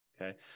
Okay